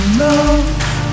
love